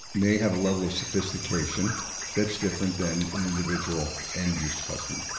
may have a level of sophistication that's different than an individual end use customer.